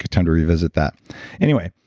time to revisit that anyway,